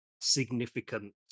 significant